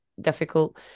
difficult